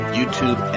YouTube